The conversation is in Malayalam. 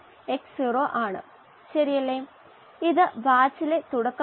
ഇവിടെ സാധാരണ ഗതിയിൽ സാച്ചുറേഷൻ കുറവാണ്